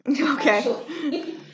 Okay